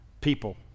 people